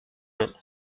nom